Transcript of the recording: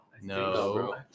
No